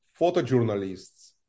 photojournalists